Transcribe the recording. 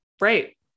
right